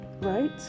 Right